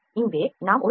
இங்கே நாம் 1 மி